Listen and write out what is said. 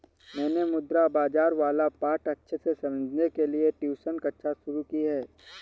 मैंने मुद्रा बाजार वाला पाठ अच्छे से समझने के लिए ट्यूशन कक्षा शुरू की है